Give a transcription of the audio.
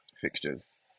fixtures